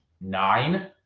nine